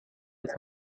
his